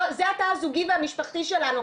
זה התא הזוגי והמשפחתי שלנו,